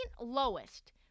lowest